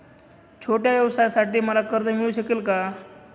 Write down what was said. छोट्या व्यवसायासाठी मला कर्ज मिळू शकेल का?